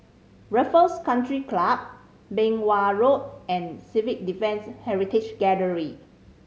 Raffles Country Club Beng Wan Road and Civil Defence Heritage Gallery